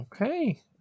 okay